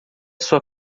sua